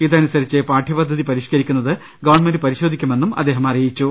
ഇതനുസരിച്ച് പാഠ്യപദ്ധതി പരിഷ്കരി ക്കുന്നത് ഗവൺമെന്റ് പരിശോധിക്കുമെന്നും അദ്ദേഹം അറിയിച്ചു